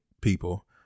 people